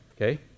okay